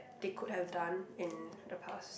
they could have done in the past